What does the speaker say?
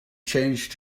changed